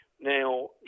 Now